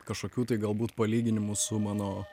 kažkokių tai galbūt palyginimų su mano